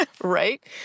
Right